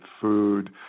food